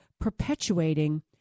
perpetuating